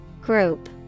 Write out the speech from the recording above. Group